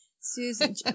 Susan